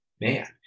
man